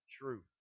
true